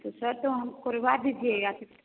तो सर तो हम खुलवा दीजिए या फिर